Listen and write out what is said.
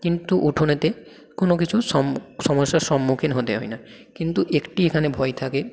কিন্তু উঠোনেতে কোনো কিছু সমস্যার সন্মুখীন হতে হয় না কিন্তু একটি এখানে ভয় থাকে